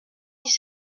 dix